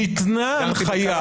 ניתנה הנחיה,